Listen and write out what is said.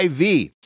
IV